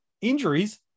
injuries